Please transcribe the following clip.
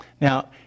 Now